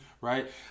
right